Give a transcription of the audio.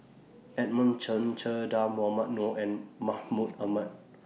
Edmund Chen Che Dah Mohamed Noor and Mahmud Ahmad